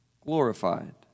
glorified